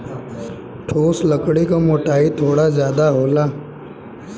ठोस लकड़ी क मोटाई थोड़ा जादा होला